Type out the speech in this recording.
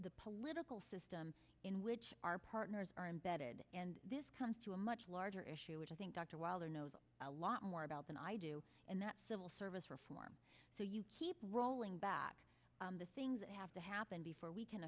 the political system in which our partners are embedded and this comes to a much larger issue which i think dr wilder knows a lot more about than i do in that civil service reform so you keep rolling back the things that have to happen before we can